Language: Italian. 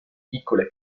piccole